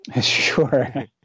Sure